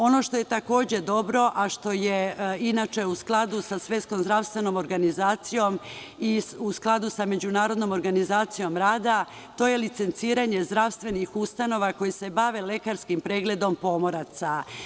Ono što je takođe dobro, a što je u skladu sa SZO i u skladu sa Međunarodnom organizacijom rada, to je licenciranje zdravstvenih ustanova koje se bave lekarskim pregledom pomoraca.